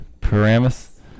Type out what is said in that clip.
Paramus